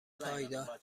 پایدار